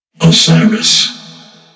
Osiris